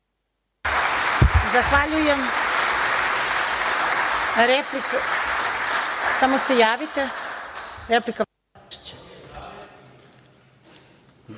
Zahvaljujem